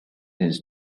his